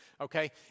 Okay